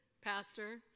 Pastor